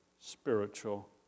spiritual